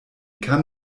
kann